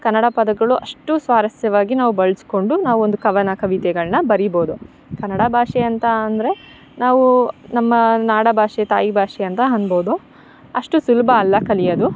ಕನ್ನಡ ಪದಗಳು ಅಷ್ಟು ಸ್ವಾರಸ್ಯವಾಗಿ ನಾವು ಬಳಸ್ಕೊಂಡು ನಾವು ಒಂದು ಕವನ ಕವಿತೆಗಳನ್ನು ಬರಿಬೌದು ಕನ್ನಡ ಭಾಷೆ ಅಂತ ಅಂದರೆ ನಾವೂ ನಮ್ಮ ನಾಡ ಭಾಷೆ ತಾಯಿ ಭಾಷೆ ಅಂತ ಅನ್ಬೌದು ಅಷ್ಟು ಸುಲಭ ಅಲ್ಲ ಕಲಿಯೋದು